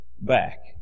back